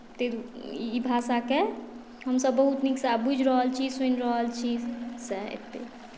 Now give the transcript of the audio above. ताहि ई भाषाकेँ हमसभ बहुत नीकसँ आब बुझि रहल छी सुनि रहल छी सएह हेतै